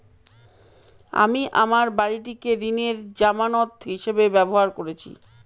আমি আমার বাড়িটিকে ঋণের জামানত হিসাবে ব্যবহার করেছি